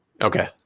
Okay